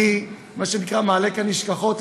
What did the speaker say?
אני מעלה כאן נשכחות,